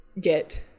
get